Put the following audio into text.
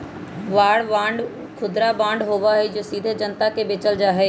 war bond खुदरा bond होबा हई जो सीधे जनता के बेचल जा हई